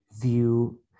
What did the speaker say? view